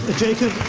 jacob,